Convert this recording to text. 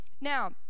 Now